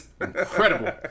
incredible